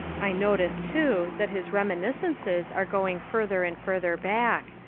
i notice, too, that his reminiscences are going further and further back.